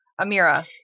Amira